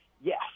Yes